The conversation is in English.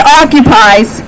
occupies